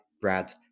Brad